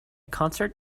concert